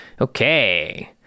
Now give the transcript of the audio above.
Okay